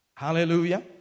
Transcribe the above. Hallelujah